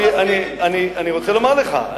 אני רוצה לומר לך.